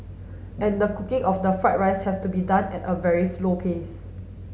and the cooking of the fried rice has to be done at a very slow pace